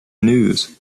news